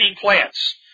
plants